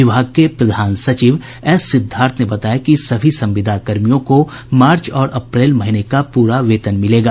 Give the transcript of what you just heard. विभाग के प्रधान सचिव एस सिद्धार्थ ने बताया कि सभी संविदाकर्मियों को मार्च और अप्रैल महीने का पूरा वेतन मिलेगा